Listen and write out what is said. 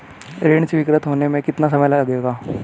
ऋण स्वीकृत होने में कितना समय लगेगा?